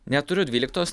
neturiu dvyliktos